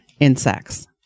Insects